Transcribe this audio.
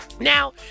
Now